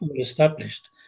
established